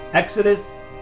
Exodus